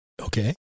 Okay